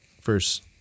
first